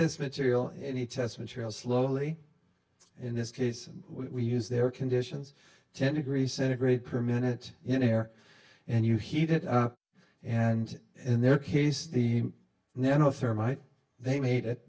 this material any test material slowly in this case we use their conditions ten degrees centigrade per minute in air and you heat it up and in their case the nano the